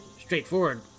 straightforward